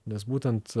nes būtent